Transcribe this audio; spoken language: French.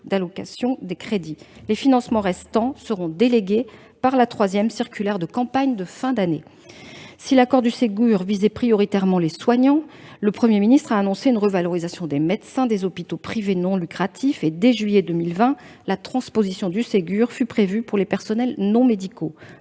d'allocation des crédits. Les financements restants seront délégués par la troisième circulaire de campagne de fin d'année. Si l'accord du Ségur visait prioritairement les soignants de structures publiques, le Premier ministre a annoncé une revalorisation des médecins des hôpitaux privés non lucratifs. En outre, dès juillet 2020, la transposition du Ségur a été prévue pour les personnels non médicaux.